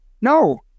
No